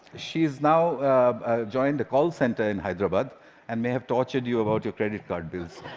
she has now joined a call center in hyderabad and may have tortured you about your credit card bills